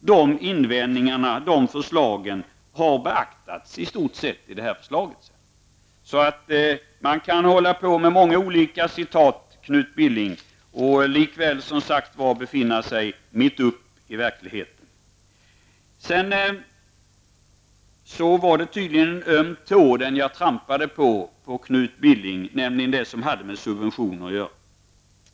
Dessa invändningar har i stort sett beaktats i detta förslag. Man kan hänvisa till många olika citat, Knut Billing, och likväl befinna sig mitt i verkligheten. Jag trampade tydligen på Knut Billings ömma tå, nämligen subventionerna.